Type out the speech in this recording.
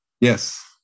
yes